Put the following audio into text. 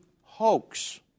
hoax